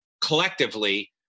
collectively